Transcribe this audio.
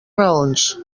raons